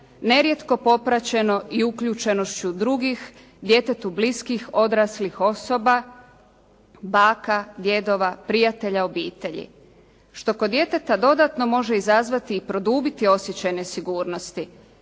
nerijetko popraćeno i uključenošću drugih, djetetu bliskih odraslih osoba, baka, djedova, prijatelja obitelji, što kod djeteta dodatno može izazvati i produbiti osjećaj nesigurnosti